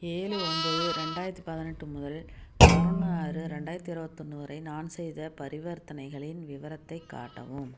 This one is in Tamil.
ஏழு ஒம்பது ரெண்டாயிரத்தி பதினெட்டு முதல் பதினொன்று ஆறு ரெண்டாயிரத்தி இருபத்தொன்னு வரை நான் செய்த பரிவர்த்தனைகளின் விவரத்தை காட்டவும்